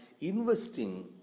investing